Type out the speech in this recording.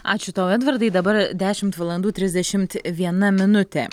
ačiū tau edvardai dabar dešimt valandų trisdešimt viena minutė